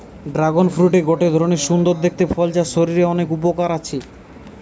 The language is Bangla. ড্রাগন ফ্রুট গটে ধরণের সুন্দর দেখতে ফল যার শরীরের অনেক উপকার আছে